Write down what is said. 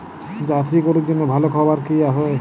Jersey গরুর জন্য ভালো খাবার কি হবে?